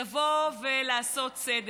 לבוא ולעשות סדר.